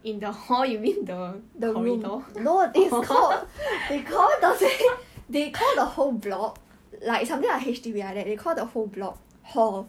in the hall you mean the the corridor